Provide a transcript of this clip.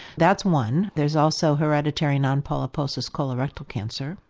that's one there is also hereditary nonpolyposis colorectal cancer.